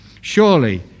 surely